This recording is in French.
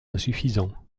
insuffisant